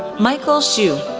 michael xu,